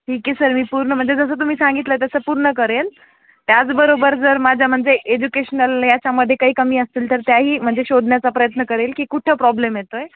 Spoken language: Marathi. ठीक आहे सर मी पूर्ण म्हणजे जसं तुम्ही सांगितलं तसं पूर्ण करेल त्याचबरोबर जर माझ्या म्हणजे एज्युकेशनल याच्यामध्ये काही कमी असतील तर त्याही म्हणजे शोधण्याचा प्रयत्न करेल की कुठं प्रॉब्लेम येतो आहे